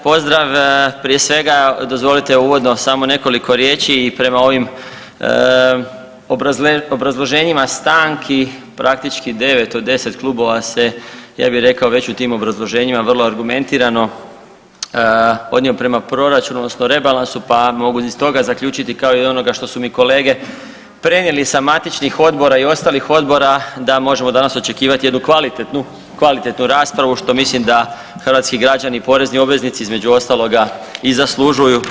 Pozdrav prije svega dozvolite uvodno samo nekoliko riječi i prema ovim obrazloženjima stanki, praktički devet od deset klubova ja bih rekao već u tim obrazloženjima vrlo argumentirano odnio prema proračunu odnosno rebalansu pa mogu iz toga zaključiti kao i onoga što su mi kolege prenijeli sa matičnih odbora i ostalih odbora da možemo danas očekivati jednu kvalitetnu raspravu što mislim da hrvatski građani porezni obveznici između ostaloga i zaslužuju.